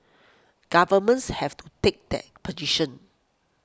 governments have to take that position